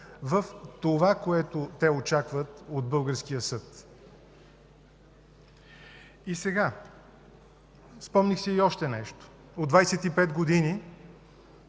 в това, което те очакват от българския съд. И сега, спомних си още нещо. От 25 години,